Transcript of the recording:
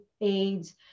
aids